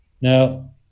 Now